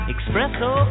Espresso